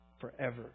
forever